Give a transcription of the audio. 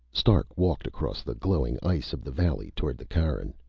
stark walked across the glowing ice of the valley, toward the cairn.